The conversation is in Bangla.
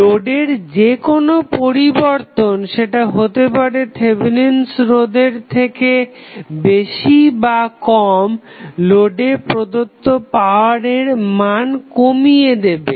লোডের যেকোনো পরিবর্তন সেটা হতে পারে থেভেনিন'স রোধের Thevenins resistance থেকে বেশি বা কম লোডে প্রদত্ত পাওয়ারের মান কমিয়ে দেবে